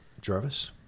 Jarvis